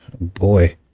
boy